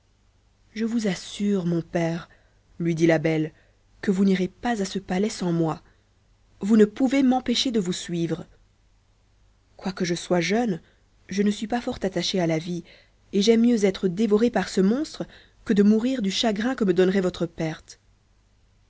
je vous assure mon père lui dit la belle que vous n'irez pas à ce palais sans moi vous ne pouvez m'empêcher de vous suivre quoique je sois jeune je ne suis pas fort attachée à la vie et j'aime mieux être dévorée par ce monstre que de mourir du chagrin que me donnerait votre perte